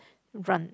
run